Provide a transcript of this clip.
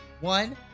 one